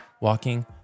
walking